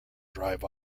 drive